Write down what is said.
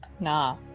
Nah